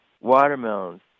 watermelons